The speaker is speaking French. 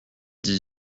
dix